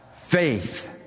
faith